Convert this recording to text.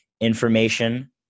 information